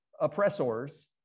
oppressors